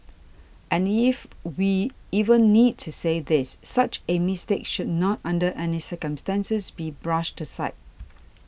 and as if we even need to say this such a mistake should not under any circumstances be brushed aside